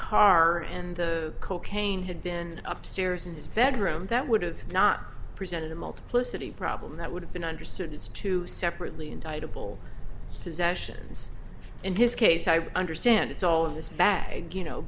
car and the cocaine had been upstairs in his bedroom that would have not presented a multiplicity problem that would have been understood as to separately indict a bull possessions in this case i understand it's all in this bag you know